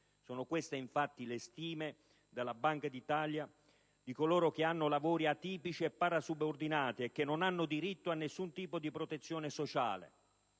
è questa infatti la stima della Banca d'Italia di coloro che hanno lavori atipici e parasubordinati, senza diritto ad alcun tipo di protezione sociale;